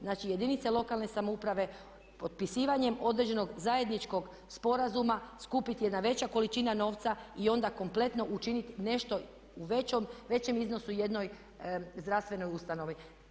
Znači, jedinice lokalne samouprave potpisivanjem određenog zajedničkog sporazuma skupit jedna veća količina novca i onda kompletno učiniti nešto u većem iznosu jednoj zdravstvenoj ustanovi.